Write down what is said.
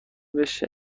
بشه